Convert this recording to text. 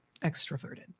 extroverted